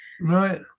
Right